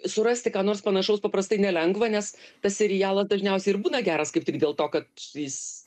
surasti ką nors panašaus paprastai nelengva nes tas serialas dažniausiai ir būna geras kaip tik dėl to kad jis